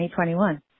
2021